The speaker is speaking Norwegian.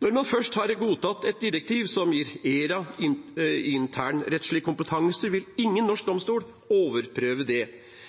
Når man først har godtatt et direktiv som gir ERA internrettslig kompetanse, vil ingen norsk domstol overprøve det.